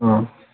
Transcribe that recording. अ